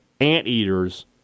anteaters